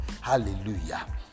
Hallelujah